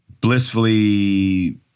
blissfully